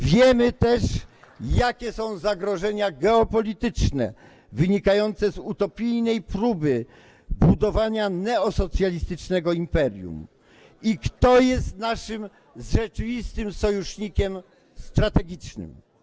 Wiemy też, jakie są zagrożenia geopolityczne wynikające z utopijnej próby budowania neosocjalistycznego imperium, kto jest naszym rzeczywistym sojusznikiem strategicznym.